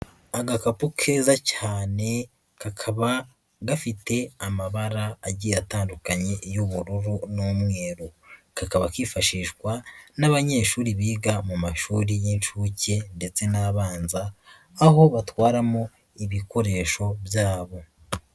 Agakapu keza cyane, kakaba gafite amabara agiye atandukanye y'ubururu n'umweru. Kakaba kifashishwa n'abanyeshuri biga mu mashuri y'inshuke ndetse n'abanza, aho batwaramo ibikoresho byabo.